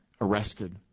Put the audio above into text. arrested